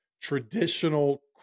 traditional